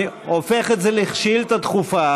אני הופך את זה לשאילתה דחופה,